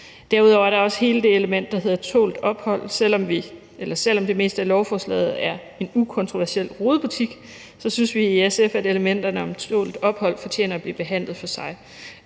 Derudover er der også hele det element, der hedder tålt ophold. Selv om det meste af lovforslaget er en ukontroversiel rodebutik, synes vi i SF, at elementerne om tålt ophold fortjener at blive behandlet for sig.